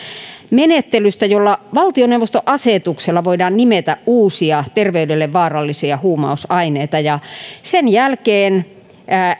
menettelystä jolla valtioneuvoston asetuksella voidaan nimetä uusia terveydelle vaarallisia huumausaineita ja sen jälkeen